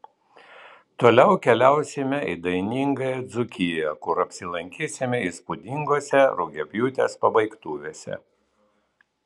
toliau keliausime į dainingąją dzūkiją kur apsilankysime įspūdingose rugiapjūtės pabaigtuvėse